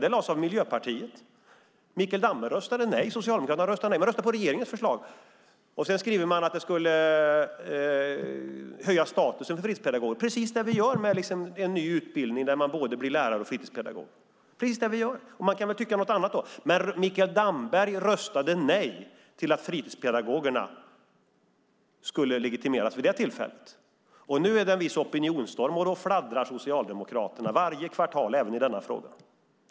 Det lades fram av Miljöpartiet. Mikael Damberg röstade nej. Socialdemokraterna röstade nej. Man röstade på regeringens förslag. Sedan skriver man att det skulle höja statusen för fritidspedagoger. Det är precis det vi gör med en ny utbildning där man blir både lärare och fritidspedagog. Man kan tycka något annat, men Mikael Damberg röstade vid det tillfället nej till att fritidspedagogerna skulle legitimeras. Nu är det en viss opinionsstorm. Då fladdrar Socialdemokraterna. Det sker varje kvartal, även i denna fråga.